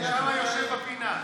שם, יושב בפינה.